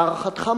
להערכתך,